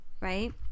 right